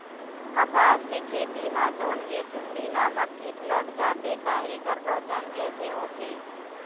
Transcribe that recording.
कपास के खेती मा जोन ये सुंडी नामक कीट लग जाथे ता ऐकर पहचान कैसे होथे?